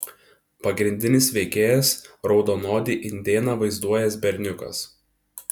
pagrindinis veikėjas raudonodį indėną vaizduojąs berniukas